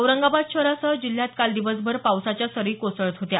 औरंगाबाद शहरासह जिल्ह्यात काल दिवसभर पावसाच्या सरी कोसळत होत्या